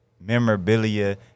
memorabilia